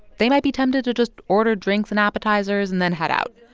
they might be tempted to just order drinks and appetizers and then head out.